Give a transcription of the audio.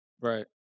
right